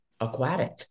aquatic